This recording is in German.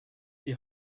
die